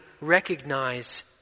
recognize